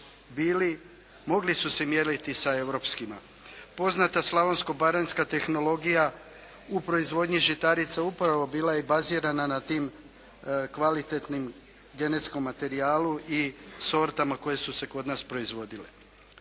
mogli su se mjeriti sa europskima. Poznata slavonsko-baranjska tehnologija u proizvodnji žitarica upravo bila je i bazirana na tim kvalitetnim genetskom materijalu i sortama koje su se kod nas proizvodile.